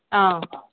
ꯑꯥꯎ